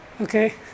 Okay